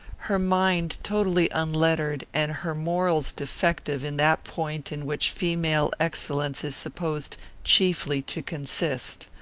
her mind totally unlettered, and her morals defective in that point in which female excellence is supposed chiefly to consist.